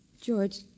George